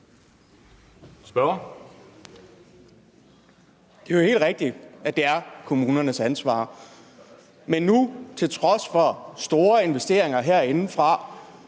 Det er jo helt rigtigt, at det er kommunernes ansvar, men til trods for store investeringer herindefra,